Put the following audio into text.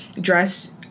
dress